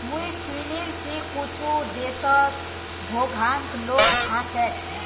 मुई सुनील छि कुछु देशत घोंघाक लोग खा छेक